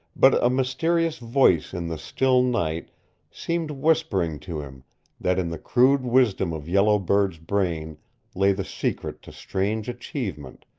but a mysterious voice in the still night seemed whispering to him that in the crude wisdom of yellow bird's brain lay the secret to strange achievement,